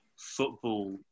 football